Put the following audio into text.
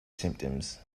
symptoms